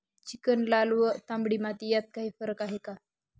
Chicken, लाल व तांबडी माती यात काही फरक आहे का?